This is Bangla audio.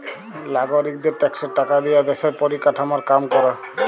লাগরিকদের ট্যাক্সের টাকা দিয়া দ্যশের পরিকাঠামর কাম ক্যরে